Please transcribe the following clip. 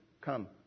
Come